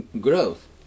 growth